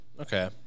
okay